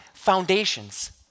foundations